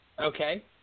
Okay